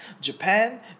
Japan